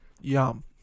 Yum